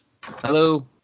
Hello